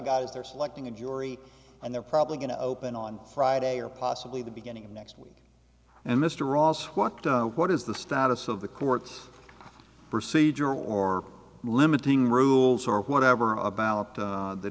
got is they're selecting a jury and they're probably going to open on friday or possibly the beginning of next week and mr ross worked what is the status of the court procedure or limiting rules or whatever about